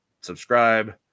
subscribe